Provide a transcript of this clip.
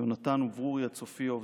יונתן וברוריה צופיוב,